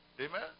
Amen